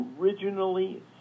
originally